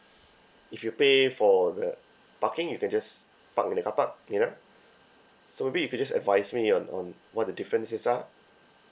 if you pay for the parking you can just park in the carpark you know so maybe you could just advise me on on what the differences are